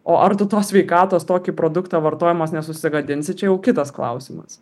o ar tu tos sveikatos tokį produktą vartojamas nesusigadinsi čia jau kitas klausimas